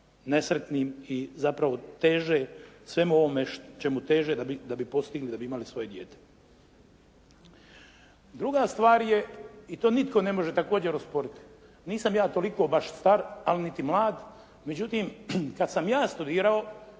nesretnim i zapravo teže svemu ovome čemu teže da bi postigli, da bi imali svoje dijete. Druga stvar je i to nitko ne može također osporiti, nisam ja toliko baš star, ali niti mlad međutim kad sam ja studirao